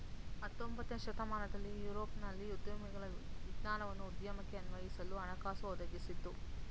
ಹತೊಂಬತ್ತನೇ ಶತಮಾನದಲ್ಲಿ ಯುರೋಪ್ನಲ್ಲಿ ಉದ್ಯಮಿಗಳ ವಿಜ್ಞಾನವನ್ನ ಉದ್ಯಮಕ್ಕೆ ಅನ್ವಯಿಸಲು ಹಣಕಾಸು ಒದಗಿಸಿದ್ದ್ರು